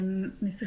המשפטים.